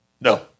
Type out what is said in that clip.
No